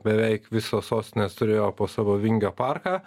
beveik visos sostinės turėjo po savo vingio parką